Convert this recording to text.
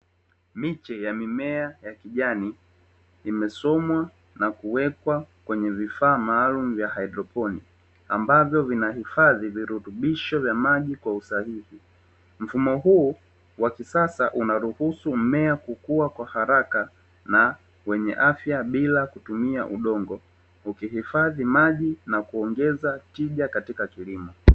Miche ya mimea ya kijani imesomwa na kuwekwa kwenye vifaa maalumu vya Haidroponi ambavyo vinahifadhi virutubisho vya maji kwa usahihi; Mfumo huu wa kisasa unaruhusu mmea kukua kwa haraka na wenye afya bila kutumia udongo ukihifadhi maji na kuongeza tija katika kilimo.